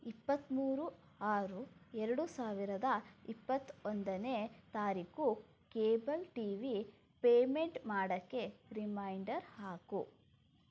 ಇಪ್ಪತ್ತ್ಮೂರು ಆರು ಎರಡು ಸಾವಿರದ ಇಪ್ಪತ್ತ ಒಂದನೇ ತಾರೀಖು ಕೇಬಲ್ ಟಿ ವಿ ಪೇಮೆಂಟ್ ಮಾಡೋಕ್ಕೆ ರಿಮೈಂಡರ್ ಹಾಕು